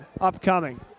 upcoming